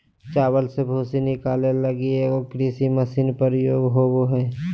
चावल से भूसी निकाले लगी एगो कृषि मशीन प्रयोग होबो हइ